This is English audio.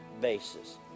basis